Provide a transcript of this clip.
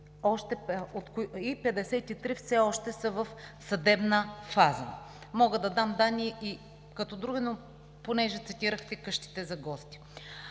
и 53 все още са в съдебна фаза. Мога да дам и други данни, но понеже цитирахте къщите за гости.